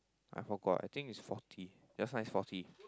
I forgot I think is forty just nice forty